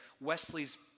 Wesley's